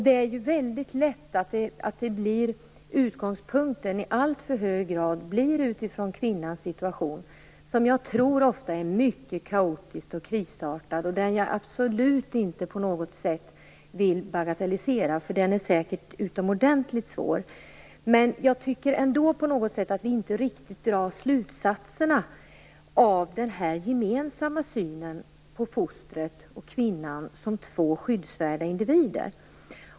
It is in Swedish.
Det är väldigt lätt att utgångspunkten i alltför hög grad blir utifrån kvinnans situation, som jag tror ofta är mycket kaotisk och krisartad. Jag vill absolut inte på något sätt bagatellisera den. Den är säkert utomordentligt svår. Men vi drar inte riktigt slutsatserna av den gemensamma synen på fostret och kvinnan som två skyddsvärda individer.